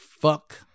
fuck